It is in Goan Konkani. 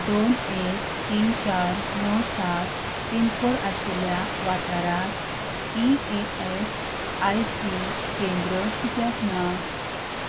दोन एक तीन चार दोन सात पिनकोड आशिल्ल्या वाठारांत E A S I C केंद्र कित्याक ना